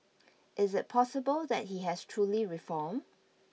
is it possible that he has truly reformed